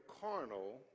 carnal